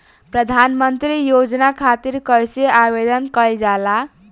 प्रधानमंत्री योजना खातिर कइसे आवेदन कइल जाला?